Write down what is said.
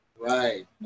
Right